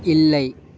இல்லை